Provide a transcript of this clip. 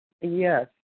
yes